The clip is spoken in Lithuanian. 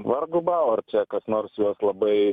vargu bau ar kas nors juos labai